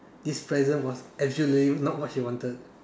this present was actually not what she wanted